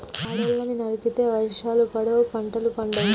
అడవుల్ని నరికితే వర్షాలు పడవు, పంటలు పండవు